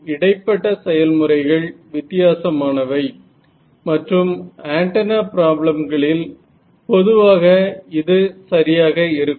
ஆனால் இடைப்பட்ட செயல்முறைகள் வித்தியாசமானவை மற்றும் ஆண்டனா ப்ராப்ளம்களில் பொதுவாக இது சரியாக இருக்கும்